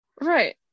right